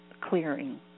clearing